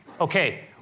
okay